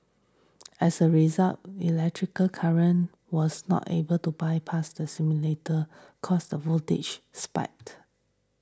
as a result electrical current was not able to bypass the simulator cause the voltage